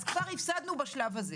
אז כבר הפסדנו בשלב הזה,